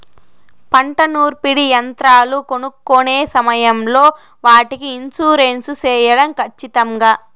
పంట నూర్పిడి యంత్రాలు కొనుక్కొనే సమయం లో వాటికి ఇన్సూరెన్సు సేయడం ఖచ్చితంగా?